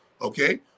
Okay